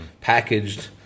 packaged